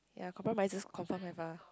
ya compromises confirm have ah